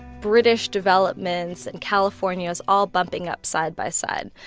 british developments, and californias all bumping up side by side.